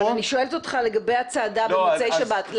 אבל אני שואלת אותך לגבי הצעדה במוצאי שבת,